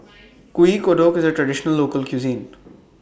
Kuih Kodok IS A Traditional Local Cuisine